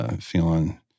feeling